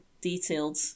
detailed